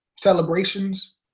celebrations